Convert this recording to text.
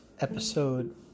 episode